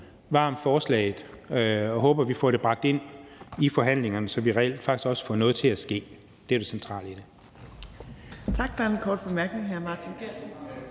varmt forslaget og håber, at vi får det bragt ind i forhandlingerne, så vi reelt faktisk også får noget til at ske. Det er det centrale. Kl.